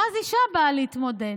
ואז אישה באה להתמודד.